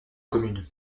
commune